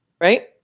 right